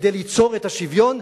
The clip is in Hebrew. כדי ליצור את השוויון,